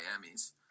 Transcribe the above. Miami's